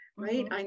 Right